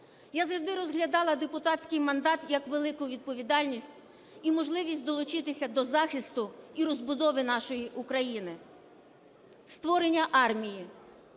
Я завжди розглядала депутатський мандат як велику відповідальність і можливість долучитися до захисту і розбудови нашої України. Створення армії,